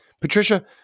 Patricia